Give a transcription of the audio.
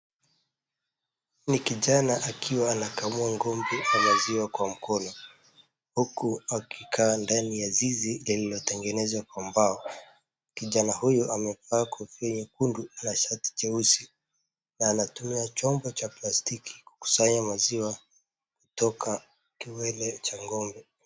Ni kijana akiwa anakamua ngombe maziwa kwa mkono huku akikaa ndani ya zizi iliyotengenezwa kwa mbao. Kijana huyu amevaa kofia nyekundu na shati jeusi na anatumia chombo cha plastiki kukusanya maziwa kutoka kiwele cha gombe.